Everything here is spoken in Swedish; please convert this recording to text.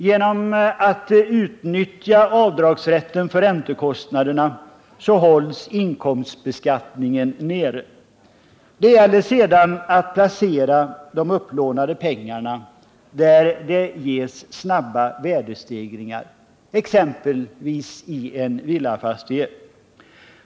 Genom att utnyttja avdragsrätten för räntekostnaderna hålls inkomstbeskattningen nere. Det gäller sedan att placera de upplånade pengarna där det ges snabba värdestegringar, exempelvis i en villafastighet.